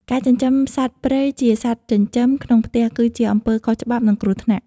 ការចិញ្ចឹមសត្វព្រៃជាសត្វចិញ្ចឹមក្នុងផ្ទះគឺជាអំពើខុសច្បាប់ និងគ្រោះថ្នាក់។